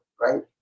right